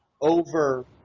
over